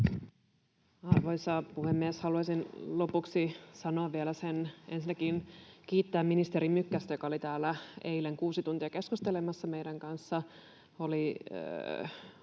Arvoisa puhemies! Haluaisin lopuksi sanoa vielä: Haluaisin ensinnäkin kiittää ministeri Mykkästä, joka oli täällä eilen kuusi tuntia keskustelemassa meidän kanssamme.